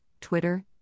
Twitter